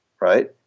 right